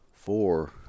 Four